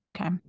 Okay